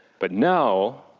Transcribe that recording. but now,